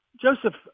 Joseph